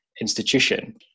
institution